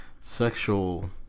sexual